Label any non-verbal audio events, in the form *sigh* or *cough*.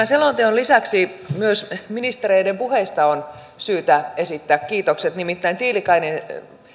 *unintelligible* selonteon lisäksi myös ministereiden puheista on syytä esittää kiitokset nimittäin tiilikainen